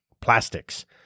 plastics